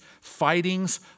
fightings